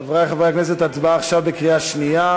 חברי חברי הכנסת, הצבעה עכשיו בקריאה שנייה